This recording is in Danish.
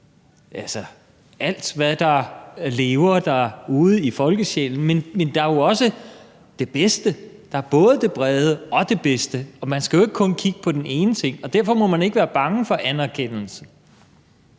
alt, hvad der lever ude i folkesjælen. Men der er jo også det bedste – der er både det brede og det bedste, og man skal jo ikke kun kigge på den ene ting. Derfor må man ikke være bange for anerkendelse.